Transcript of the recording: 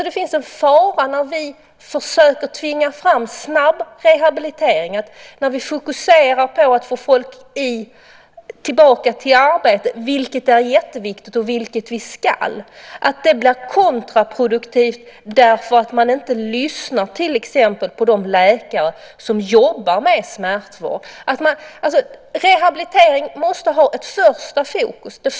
Det finns en fara när vi försöker tvinga fram snabb rehabilitering och när vi fokuserar på att få tillbaka folk i arbete - vilket är jätteviktigt och vilket vi ska - att det blir kontraproduktivt därför att man inte lyssnar på till exempel de läkare som jobbar med smärtvård. Rehabilitering måste ha ett första fokus.